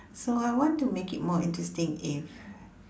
so I want to make it more interesting if